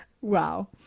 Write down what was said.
wow